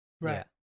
Right